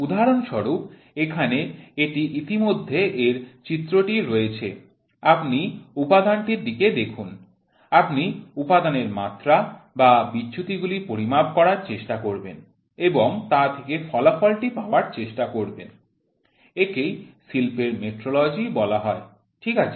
উদাহরণস্বরূপ এখানে এটি ইতিমধ্যে এর চিত্রটি রয়েছে আপনি উপাদানটির দিকে দেখুন আপনি উপাদানের মাত্রা বা বিচ্যুতিগুলি পরিমাপ করার চেষ্টা করবেন এবং তা থেকে ফলাফল টি পাওয়ার চেষ্টা করবেন একেই শিল্পের মেট্রোলজি বলা হয় ঠিক আছে